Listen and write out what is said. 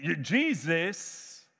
Jesus